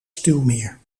stuwmeer